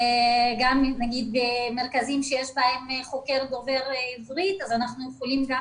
גם נגיד במרכזים שיש בהם חוקר דובר עברית אז אנחנו יכולים גם